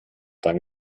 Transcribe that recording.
dann